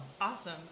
Awesome